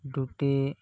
ଢୁଟି